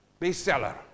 Bestseller